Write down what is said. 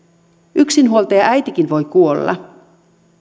yksinhuoltajaäitikin voi kuolla